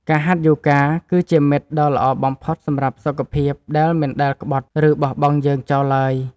ការហាត់យូហ្គា គឺជាមិត្តដ៏ល្អបំផុតសម្រាប់សុខភាពដែលមិនដែលក្បត់ ឬបោះបង់យើងចោលឡើយ។